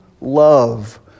love